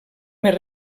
més